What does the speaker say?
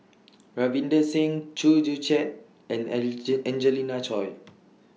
Ravinder Singh Chew Joo Chiat and Angelina Choy